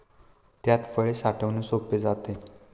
त्यात फळे साठवणे सोपे जाते